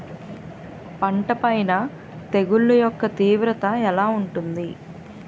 పంట పైన తెగుళ్లు యెక్క తీవ్రత ఎలా ఉంటుంది